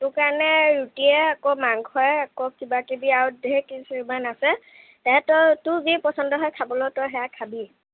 তোৰ কাৰণে ৰুটিয়ে আকৌ মাংসয়ে আকৌ কিবা কিবি আৰু ধেৰ কিছুমান আছে তাৰে তোৰ যি পচন্দ হয় খাবলৈ তই সেয়া খাবি